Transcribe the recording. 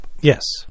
yes